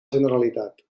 generalitat